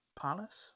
Palace